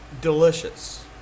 delicious